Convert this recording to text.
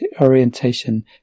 orientation